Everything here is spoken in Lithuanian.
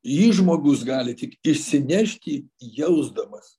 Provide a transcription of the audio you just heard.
jį žmogus gali tik išsinešti jausdamas